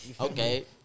Okay